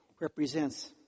represents